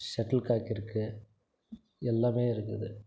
shuttle cork இருக்குது எல்லாமே இருக்குது